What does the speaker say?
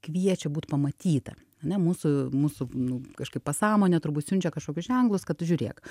kviečia būt pamatyta ane mūsų mūsų nu kažkaip pasąmonė turbūt siunčia kažkokius ženklus kad žiūrėk